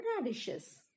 radishes